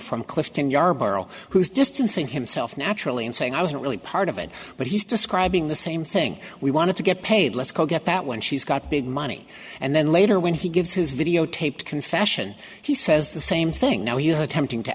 yarborough who's distancing himself naturally and saying i wasn't really part of it but he's describing the same thing we want to get paid let's go get that when she's got big money and then later when he gives his videotaped confession he says the same thing now he is attempting to